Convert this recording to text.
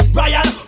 Brian